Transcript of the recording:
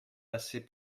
assez